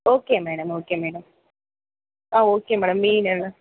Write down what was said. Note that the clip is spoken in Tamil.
okay madam okay madam ah okay madam mean